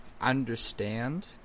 understand